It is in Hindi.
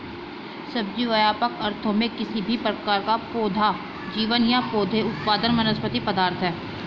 सब्जी, व्यापक अर्थों में, किसी भी प्रकार का पौधा जीवन या पौधे उत्पाद वनस्पति पदार्थ है